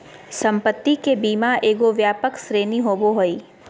संपत्ति के बीमा एगो व्यापक श्रेणी होबो हइ